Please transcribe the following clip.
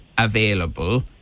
Available